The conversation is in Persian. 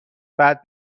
بعد